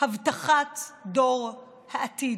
הבטחת דור העתיד,